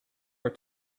were